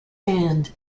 band